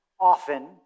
often